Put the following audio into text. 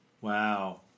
Wow